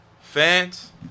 fans